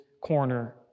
corner